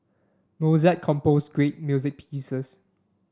Mozart composed great music pieces